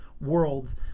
worlds